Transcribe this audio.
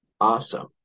Awesome